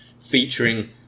featuring